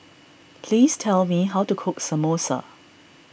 please tell me how to cook Samosa